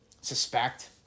suspect